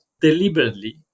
deliberately